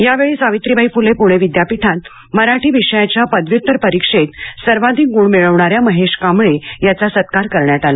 यावेळी सावित्रीबाई फुले पुणे विद्यापीठात मराठी पदव्युत्तर परीक्षेत सर्वाधिक ग्ण मिळवणाऱ्या महेश कांबळे याचा सत्कार करण्यात आला